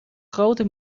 grote